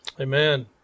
Amen